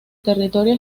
territorio